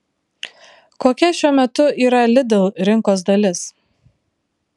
kokia šiuo metu yra lidl rinkos dalis